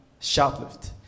shoplift